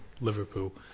Liverpool